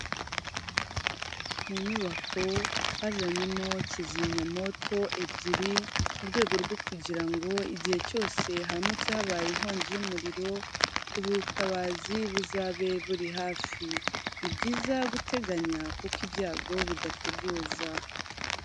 Mu inyubako bazanyemo kizimya moto ebyiri mu rwego rwo kugirango igihe cyose haramutse habaye inkongi y'umuriro ,ubutabazi buzabe buri hafi . Nibyiza guteganya kuko ibyago bidateguza.